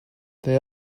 they